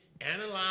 analyze